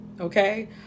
Okay